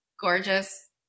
gorgeous